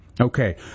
Okay